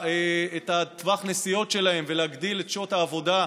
טווח הנסיעות שלהם ולהגדיל את מספר שעות העבודה.